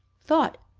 thought,